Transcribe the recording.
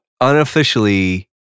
unofficially